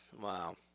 Wow